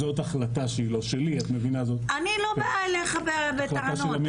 אני לא באה אליך בטענות.